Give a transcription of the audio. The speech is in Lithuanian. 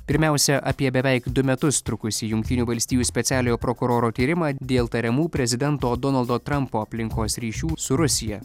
pirmiausia apie beveik du metus trukusį jungtinių valstijų specialiojo prokuroro tyrimą dėl tariamų prezidento donaldo trampo aplinkos ryšių su rusija